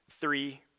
three